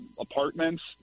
apartments